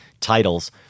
titles